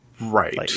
Right